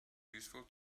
useful